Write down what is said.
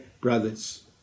brothers